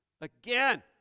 again